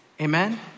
Amen